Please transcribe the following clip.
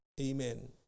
Amen